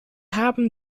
haben